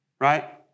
Right